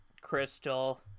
crystal